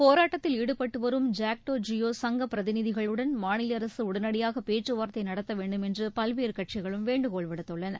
போராட்டத்தில் ஈடுபட்டு வரும் ஜாக்டோ ஜியோ சங்க பிரதிநிதிகளுடன் மாநில அரசு உடனடியாக பேச்சுவா்த்தை நடத்த வேண்டுமென்று பல்வேறு கட்சிகளும் வேண்டுகோள் விடுத்துள்ளன